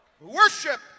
Worship